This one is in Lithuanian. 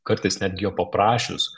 kartais netgi jo paprašius